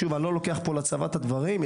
אני לוקח לצבא את הדברים,